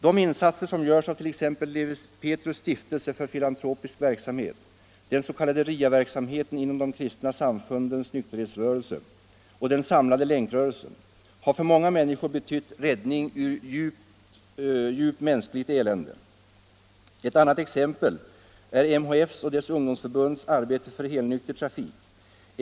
De insatser som görs av t.ex. Lewi Pethrus stiftelse för filantropisk verksamhet, den s.k. RIA verksamheten inom de kristna samfundens nykterhetsrörelse och den samlade länkrörelsen har för många människor betytt räddning ur djupt mänskligt elände. Ett annat exempel är MHF:s och dess ungdomsförbunds arbete för helnykter trafik.